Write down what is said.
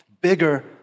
bigger